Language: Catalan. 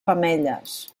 femelles